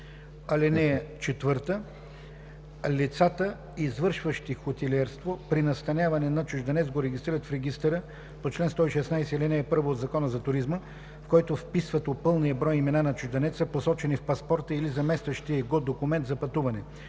изменя така: „(4) Лицата, извършващи хотелиерство, при настаняване на чужденец го регистрират в регистъра по чл. 116, ал. 1 от Закона за туризма, в който вписват пълния брой имена на чужденеца, посочени в паспорта или заместващия го документ за пътуване,